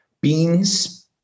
Beans